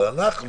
אבל אנחנו